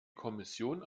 kommission